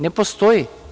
Ne postoji.